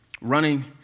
running